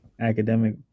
academic